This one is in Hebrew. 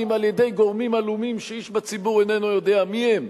על-ידי גורמים עלומים שאיש בציבור אינו יודע מי הם?